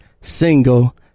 single